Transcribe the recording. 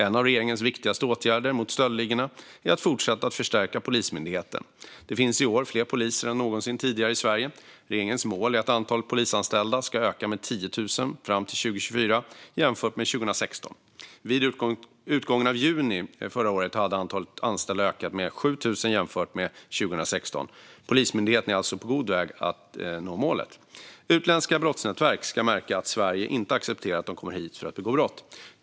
En av regeringens viktigaste åtgärder mot stöldligorna är att fortsätta att förstärka Polismyndigheten. Det finns i år fler poliser än någonsin tidigare i Sverige. Regeringens mål är att antalet polisanställda ska öka med 10 000 till år 2024, jämfört med 2016. Vid utgången av juni förra året hade antalet anställda ökat med 7 000 jämfört med 2016. Polismyndigheten är alltså på god väg att nå målet. Utländska brottsnätverk ska märka att Sverige inte accepterar att de kommer hit för att begå brott.